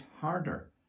harder